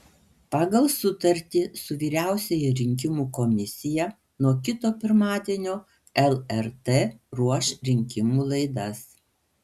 pagal sutartį su vyriausiąja rinkimų komisija nuo kito pirmadienio lrt ruoš rinkimų laidas